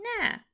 Nah